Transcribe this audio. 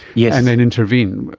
yeah and then intervene.